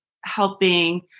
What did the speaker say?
helping